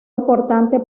importante